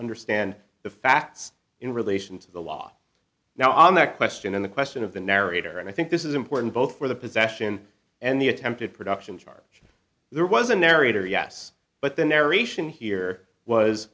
understand the facts in relation to the law now on that question and the question of the narrator and i think this is important both for the possession and the attempted production charge there was a narrator yes but the narration here was